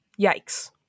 yikes